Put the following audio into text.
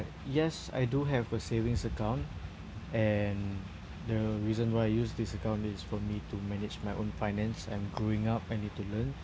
yes I do have a savings account and the reason why I use this account is for me to manage my own finance and growing up I need to learn